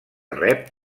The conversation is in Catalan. rep